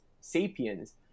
Sapiens